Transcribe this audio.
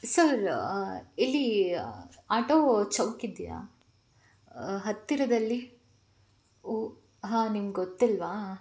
sir ಇಲ್ಲಿ auto chowk ಇದೆಯಾ ಹತ್ತಿರದಲ್ಲಿ ಓಹ್ ಹಾಂ ನಿಮ್ಗೆ ಗೊತ್ತಿಲ್ಲವಾ